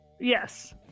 Yes